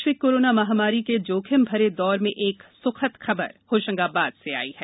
वैश्विक कोरोना महामारी के जोखिम भरे दौर में एक स्खद खबर होशंगाबाद से आई है